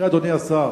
תראה, אדוני השר,